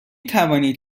توانید